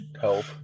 help